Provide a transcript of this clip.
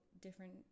different